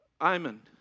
Iman